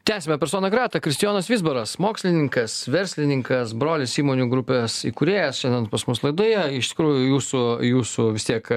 tęsiame persona grata kristijonas vizbaras mokslininkas verslininkas brolis įmonių grupės įkūrėjas šiandien pas mus laidoje iš tikrųjų jūsų jūsų vis tiek